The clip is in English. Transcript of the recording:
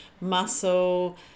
muscle